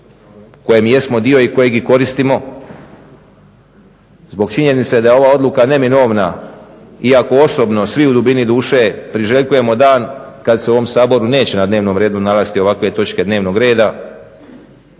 kojeg jesmo dio i kojeg i koristimo, zbog činjenice da je ova odluka neminovna iako osobno svi u dubini duše priželjkujemo dan kad se u ovom Saboru neće na dnevnom redu nalaziti ovakve točke dnevnog reda